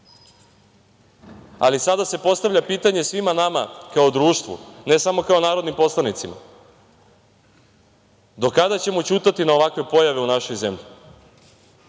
sada se postavlja pitanje svima nama kao društvu, ne samo kao narodnim poslanicima – do kada ćemo ćutati na ovakve pojave u našoj zemlji?